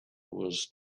was